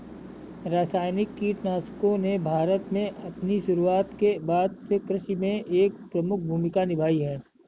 रासायनिक कीटनाशकों ने भारत में अपनी शुरूआत के बाद से कृषि में एक प्रमुख भूमिका निभाई है